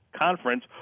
Conference